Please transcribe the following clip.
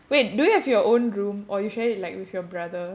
wait do you have your own room or you share it like with your brother